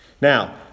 Now